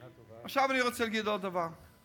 עכשיו אני רוצה להגיד עוד דבר.